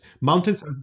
Mountains